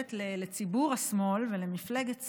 ששייכת לציבור השמאל ולמפלגת שמאל,